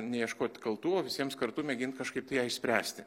neieškot kaltų o visiems kartu mėgint kažkaip tai ją išspręsti